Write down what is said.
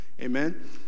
Amen